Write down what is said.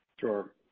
Sure